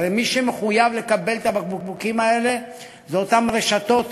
הרי מי שמחויב לקבל את הבקבוקים האלה זה אותן רשתות.